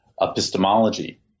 epistemology